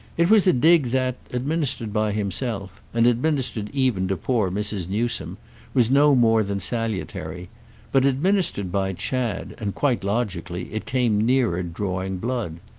it was a dig that, administered by himself and administered even to poor mrs. newsome was no more than salutary but administered by chad and quite logically it came nearer drawing blood.